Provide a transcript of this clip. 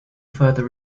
further